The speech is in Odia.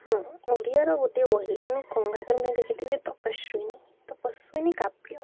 ହଁ ଓଡ଼ିଆର ଗୋଟେ ବହି ମାନେ ଗଙ୍ଗାଧର ମେହେର ଲେଖିଥିଲେ ତପସ୍ଵିନୀ ତପସ୍ଵିନୀ କାବ୍ୟ